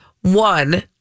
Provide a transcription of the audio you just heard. one